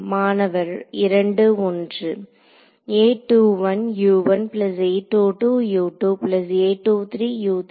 மாணவர் 2 1